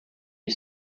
you